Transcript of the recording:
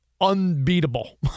unbeatable